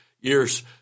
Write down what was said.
years